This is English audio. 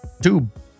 tube